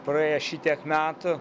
praėjo šitiek metų